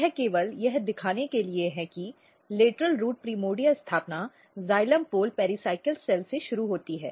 यह केवल यह दिखाने के लिए है कि लेटरल रूट प्राइमर्डिया स्थापना जाइलम पोल पेराइकल सेल से शुरू होती है